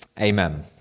amen